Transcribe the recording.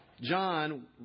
John